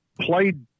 played